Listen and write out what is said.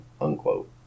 unquote